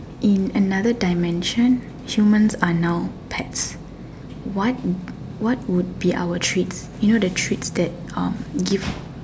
in another dimension humans are now pets what what would be our treats you know the treats that um give